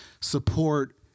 support